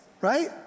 Right